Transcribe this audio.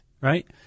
right